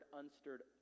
unstirred